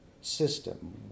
system